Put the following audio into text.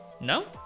no